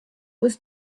was